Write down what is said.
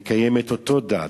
מקיים את אותה הדת,